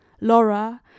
Laura